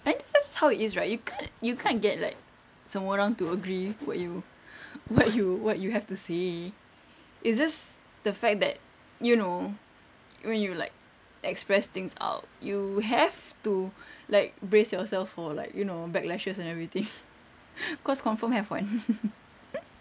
I think it's just how it is right you can't you can't get like semua orang to agree what you what you what you have to say it's just the fact that you know when you like express things out you have to like brace yourself for like you know back lashes and everything cause confirm have one